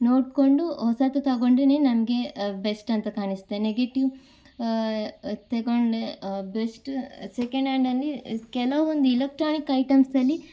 ನೊಇಡ್ಕೊಂಡು ಹೊಸತು ತಗೊಂಡರೆನೆ ನನಗೆ ಬೆಸ್ಟ್ ಅಂತ ಕಾಣಿಸ್ತೆ ನೆಗೆಟಿವ್ ತೆಗೊಂಡೆ ಬೆಸ್ಟ ಸೆಕೆಂಡ್ ಆ್ಯಂಡಲ್ಲಿ ಕೆಲವೊಂದು ಎಲೆಕ್ಟ್ರಾನಿಕ್ ಐಟಮ್ಸಲ್ಲಿ